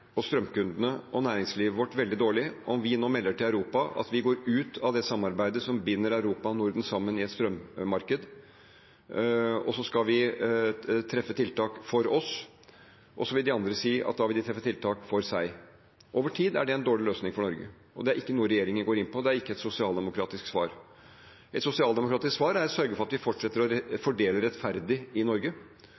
strømkundene og næringslivet vårt veldig dårlig om vi nå melder til Europa at vi går ut av det samarbeidet som binder Europa og Norden sammen i et strømmarked, og så skal vi treffe tiltak for oss, og så vil de andre si at da vil de treffe tiltak for seg. Over tid er det en dårlig løsning for Norge, det er ikke noe regjeringen går inn på, og det er ikke et sosialdemokratisk svar. Et sosialdemokratisk svar er å sørge for at vi fortsetter å